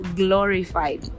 glorified